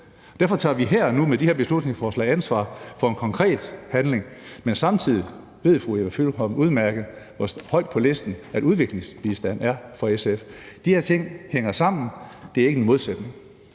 Derfor tager vi her og nu med de her beslutningsforslag ansvar for en konkret handling. Men samtidig ved fru Eva Flyvholm udmærket, hvor højt på listen udviklingsbistanden er for SF. De her ting hænger sammen, og det er ikke en modsætning.